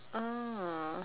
ah